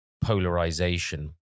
polarization